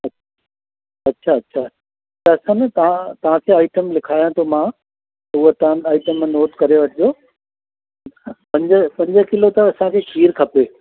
अच अछा अछा त अछा न तव्हां तव्हांखे आइटम लिखायां थो मां उहो तव्हां आइटम नोट करे वठिजो पंज पंज किलो त असांखे खीर खपे